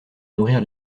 nourrir